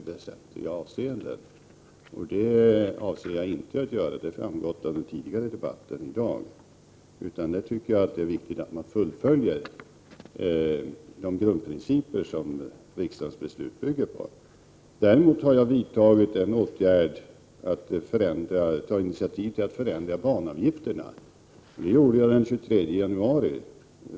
Det avser jag inte att göra, vilket har framgått av den tidigare debatten här i dag. Jag tycker att det är viktigt att man följer de grundprinciper som riksdagens beslut bygger på. Jag har däremot tagit initiativ till att man skall förändra banavgifterna. Det gjorde jag den 23 januari.